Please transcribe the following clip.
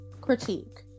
critique